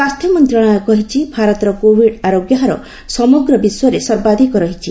ସ୍ୱାସ୍ଥ୍ୟ ମନ୍ତ୍ରଣାଳୟ କହିଛି ଭାରତର କୋବିଡ୍ ଆରୋଗ୍ୟ ହାର ସମଗ୍ର ବିଶ୍ୱରେ ସର୍ବାଧିକ ରହିଛି